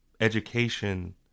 education